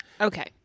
Okay